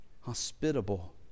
hospitable